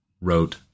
wrote